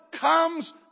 comes